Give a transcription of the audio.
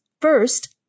first